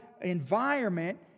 environment